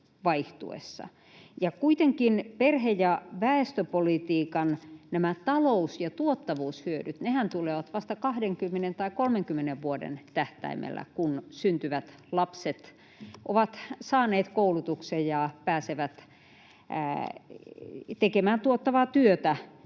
kuitenkin perhe- ja väestöpolitiikan talous- ja tuottavuushyödythän tulevat vasta 20 tai 30 vuoden tähtäimellä, kun syntyvät lapset ovat saaneet koulutuksen ja pääsevät tekemään tuottavaa työtä